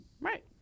Right